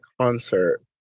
concert